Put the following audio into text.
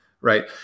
right